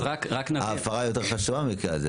במקרה הזה ההפרה חשובה יותר.